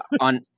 On